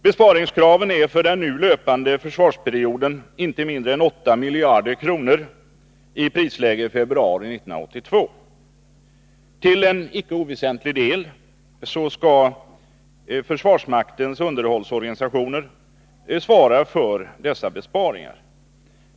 Besparingskraven är för den nu löpande försvarsperioden inte mindre än 8 miljarder kronor i prisläget februari 1982. Till en icke oväsentlig del skall försvarsmaktens underhållsorganisationer svara för dessa besparingar.